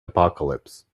apocalypse